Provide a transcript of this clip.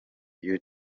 you